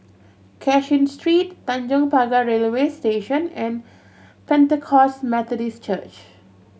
Cashin Street Tanjong Pagar Railway Station and Pentecost Methodist Church